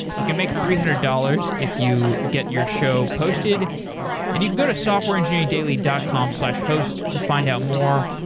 you can make three hundred dollars if you get your show posted and you can go to softwareengineeringdaily dot com slash host to find out more.